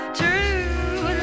true